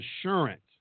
assurance